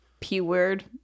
P-Word